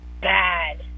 Bad